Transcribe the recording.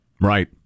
Right